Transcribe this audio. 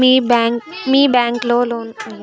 మీ bank లో loan తీసుకుంటే ఎంత శాతం వడ్డీ పడ్తుంది?